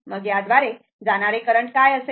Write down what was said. मग याद्वारे जाणारे करंट काय असेल